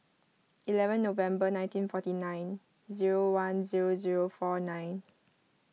eleven November nineteen forty nine zero one zero zero four nine